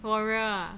warrior ah